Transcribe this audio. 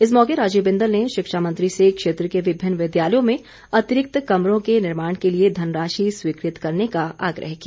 इस मौके राजीव बिंदल ने शिक्षा मंत्री से क्षेत्र के विभिन्न विद्यालयों में अतिरिक्त कमरों के निर्माण के लिए धनराशि स्वीकृत करने का आग्रह किया